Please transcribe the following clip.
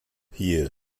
hier